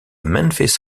memphis